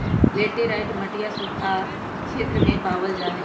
laterite मटिया सूखा क्षेत्र में पावल जाहई